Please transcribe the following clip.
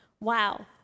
Wow